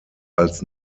als